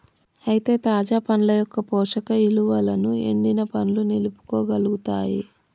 అయితే తాజా పండ్ల యొక్క పోషక ఇలువలను ఎండిన పండ్లు నిలుపుకోగలుగుతాయి